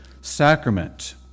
sacrament